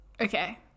Okay